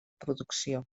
producció